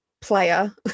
player